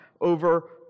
over